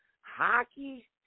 hockey